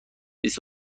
بیست